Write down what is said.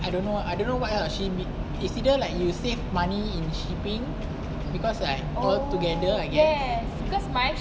I don't know I don't know what else she be consider like you save money in shipping because like altogether I guess